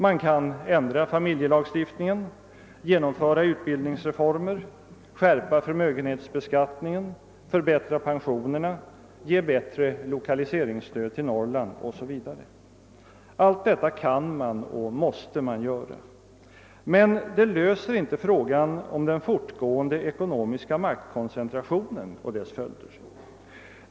Man kan ändra familjelagstiftningen, genomföra utbildningsreformer, skärpa förmögenhetsbeskattningen, förbättra pensionerna, ge bättre lokaliseringsstöd till Norrland o.s.v. Allt detta kan och måste man göra. Men det löser inte frågan om den fortgående ekonomiska maktkoncentrationen och dess följder.